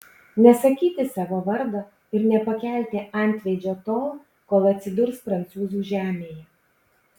nesakyti savo vardo ir nepakelti antveidžio tol kol atsidurs prancūzų žemėje